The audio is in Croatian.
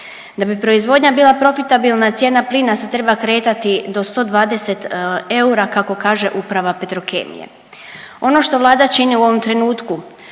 Da bi proizvodnja bila profitabilna cijena plina se treba kretati do 120 eura kako kaže uprava Petrokemije. Ono što vlada čini u ovom trenutku